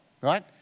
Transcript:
right